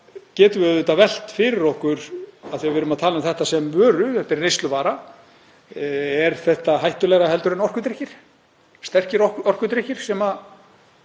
getum við auðvitað velt fyrir okkur, af því að við erum að tala um þetta sem vöru, þetta er neysluvara: Er þetta hættulegra heldur en orkudrykkir? Sterkir orkudrykkir sem